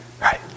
right